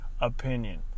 opinion